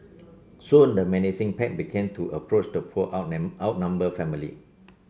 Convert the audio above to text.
soon the menacing pack began to approach the poor outnumbered family